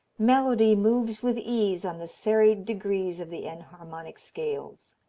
melody moves with ease on the serried degrees of the enharmonic scales.